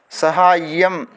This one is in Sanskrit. सहाय्यम्